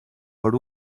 per